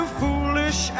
foolish